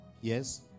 Yes